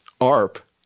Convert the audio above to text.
ARP